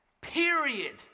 period